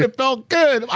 it it felt good.